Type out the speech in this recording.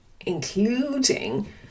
including